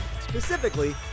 Specifically